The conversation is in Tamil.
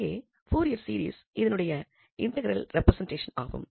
அங்கே பூரியர் சீரிஸ் இதனுடைய இன்டெக்ரல் ரெப்ரெசென்டேஷன் ஆகும்